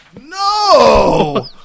no